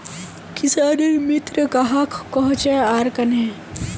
किसानेर मित्र कहाक कोहचे आर कन्हे?